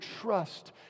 trust